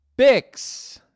Bix